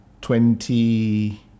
twenty